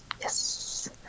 Yes